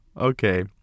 Okay